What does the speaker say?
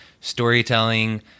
storytelling